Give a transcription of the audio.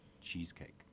cheesecake